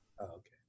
Okay